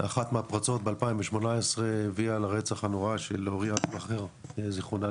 אחת מהפרצות ב- 2018 הביאה לרצח הנורא של אורי אנסבכר ז"ל